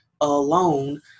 alone